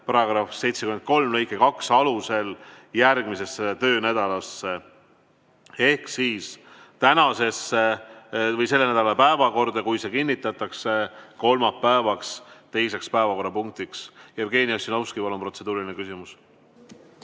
seaduse § 73 lõike 2 alusel järgmisesse töönädalasse ehk siis selle nädala päevakorda, kui see kinnitatakse, kolmapäeva teiseks päevakorrapunktiks. Jevgeni Ossinovski, palun, protseduuriline küsimus!